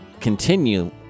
continue